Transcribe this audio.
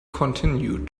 continued